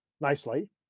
nicely